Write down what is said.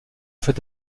fait